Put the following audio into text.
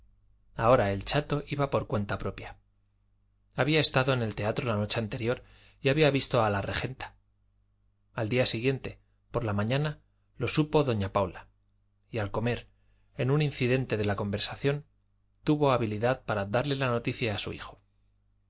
ahora el chato iba por cuenta propia había estado en el teatro la noche anterior y había visto a la regenta al día siguiente por la mañana lo supo doña paula y al comer en un incidente de la conversación tuvo habilidad para darle la noticia a su hijo